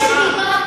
הממשלה.